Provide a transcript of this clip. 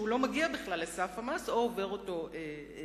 שלא מגיעים בכלל לסף המס או עוברים אותו במעט.